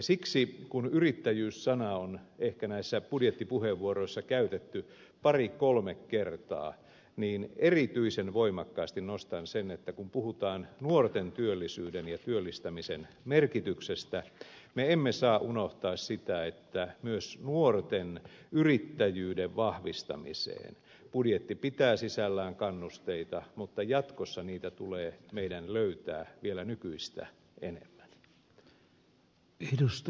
siksi kun yrittäjyys sanaa on näissä budjettipuheenvuoroissa käytetty ehkä pari kolme kertaa erityisen voimakkaasti nostan sen että kun puhutaan nuorten työllisyyden ja työllistämisen merkityksestä me emme saa unohtaa sitä että myös nuorten yrittäjyyden vahvistamiseen budjetti pitää sisällään kannusteita mutta jatkossa niitä tulee meidän löytää vielä nykyistä enemmän